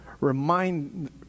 remind